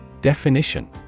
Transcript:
definition